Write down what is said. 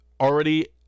already